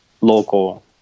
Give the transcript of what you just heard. local